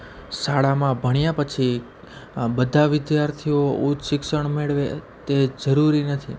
શાળામાં ભણ્યાં પછી બધા વિદ્યાર્થીઓ ઉચ્ચ શિક્ષણ મેળવે તે જરૂરી નથી